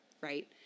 right